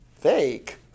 fake